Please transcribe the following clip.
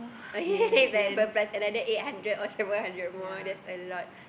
oh yeah yeah yeah another eight hundred or seven hundred more that's a lot